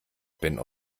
bin